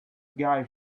guy